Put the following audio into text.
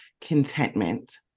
contentment